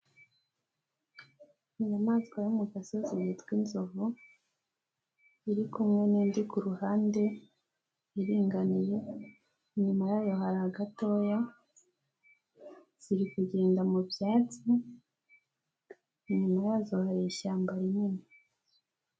Inyamaswa yo mu gasozi yitwa inzovu, iri kumwe n'indi ku ruhande iringaniye, inyuma yayo hari agatoya ziri kugenda mu byatsi, inyuma yazo hari ishyamba rinini.